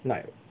like